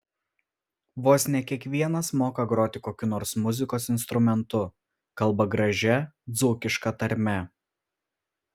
vos ne kiekvienas moka groti kokiu nors muzikos instrumentu kalba gražia dzūkiška tarme